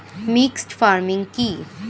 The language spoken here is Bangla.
মিক্সড ফার্মিং কি?